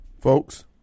Folks